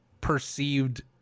perceived